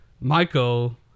Michael